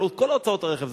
הלוא זה כל הוצאות הרכב,